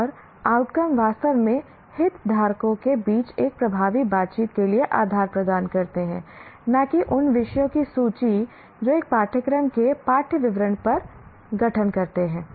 और आउटकम वास्तव में हितधारकों के बीच एक प्रभावी बातचीत के लिए आधार प्रदान करते हैं न कि उन विषयों की सूची जो एक पाठ्यक्रम के पाठ्य विवरण का गठन करते हैं